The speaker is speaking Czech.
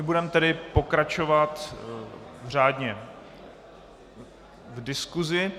Budeme tedy pokračovat řádně v diskusi.